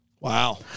Wow